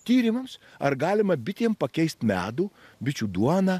tyrimams ar galima bitėm pakeist medų bičių duoną